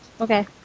Okay